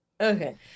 okay